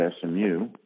SMU